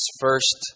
first